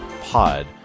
pod